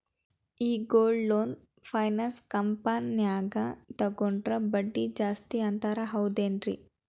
ಈ gold loan finance ಕಂಪನ್ಯಾಗ ತಗೊಂಡ್ರೆ ಬಡ್ಡಿ ಜಾಸ್ತಿ ಅಂತಾರ ಹೌದೇನ್ರಿ?